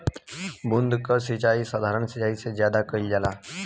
बूंद क सिचाई साधारण सिचाई से ज्यादा कईल जाला